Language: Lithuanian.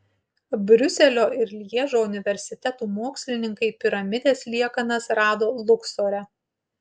briuselio ir lježo universitetų mokslininkai piramidės liekanas rado luksore